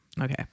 okay